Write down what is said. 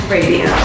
Radio